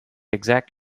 exact